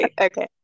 okay